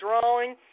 drawing